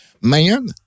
man